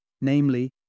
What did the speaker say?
namely